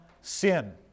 sin